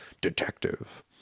detective